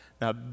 Now